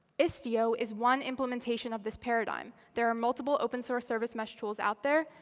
istio is one implementation of this paradigm. there are multiple open-source service mesh tools out there.